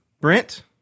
Brent